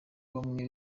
bamwe